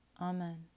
Amen